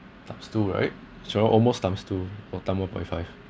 times two right which are almost times two or time one point five